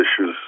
issues